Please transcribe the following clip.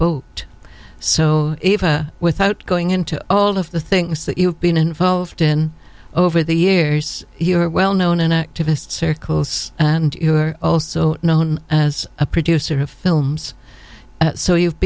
boat so eva without going into all of the things that you've been involved in over the years here are well known and activist circles and you are also known as a producer of films so you've